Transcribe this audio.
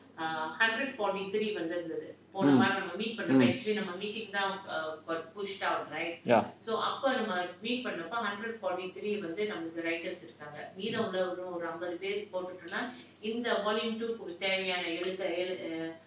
mm mm ya